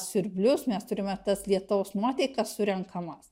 siurblius mes turime tas lietaus nuotėkas surenkamas